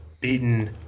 beaten